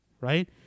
right